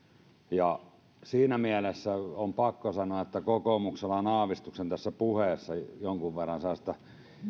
siinä mielessä on pakko sanoa että kokoomuksella on näissä puheissa aavistuksen jonkun verran sellaista